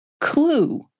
clue